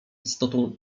istotą